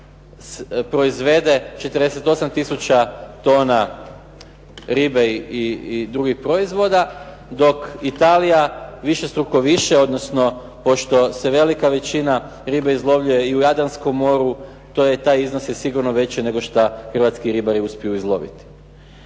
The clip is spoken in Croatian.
ovom području proizvede 48 tisuća tona ribe i drugih proizvoda dok Italija višestruko više, odnosno pošto se velika većina ribe izlovljuje u Jadranskom moru taj iznos je sigurno veći nego što Hrvatski ribari uspiju izloviti.